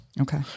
Okay